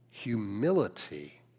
humility